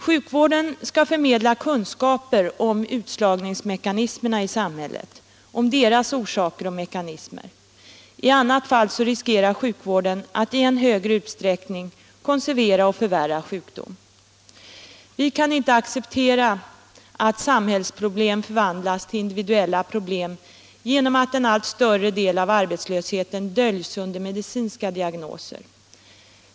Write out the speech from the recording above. Sjukvården skall förmedla kunskaper om utslagningsmekanismerna i samhället och om deras orsaker; i annat fall riskerar sjukvården att i än högre utsträckning konservera och förvärra sjukdom. Vi kan inte acceptera att samhällsproblem förvandlas till individuella problem genom att en allt större del av arbetslösheten döljs under medicinska diagnoser.